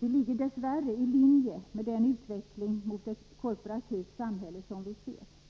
Det ligger dess värre i linje med den utveckling mot ett korporativt samhälle som vi ser.